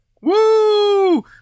Woo